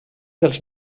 dels